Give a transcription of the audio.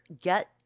Get